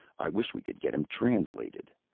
i wish we could get him translated.